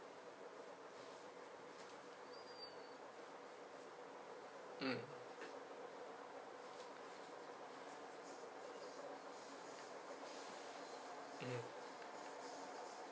mm mm